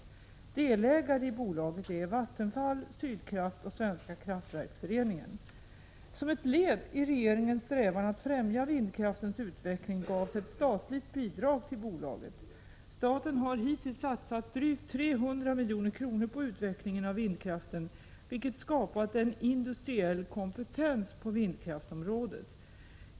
Delägare i bolaget är Vattenfall, Sydkraft och Svenska Kraftverksföreningen. Som ett led i regeringens strävan att främja vindkraftens utveckling gavs ett statligt bidrag till bolaget. Staten har hittills satsat drygt 300 milj.kr. på utvecklingen av vindkraften, vilket skapat en industriell kompetens på vindkraftområdet.